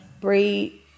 braid